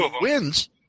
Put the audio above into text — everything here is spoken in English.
wins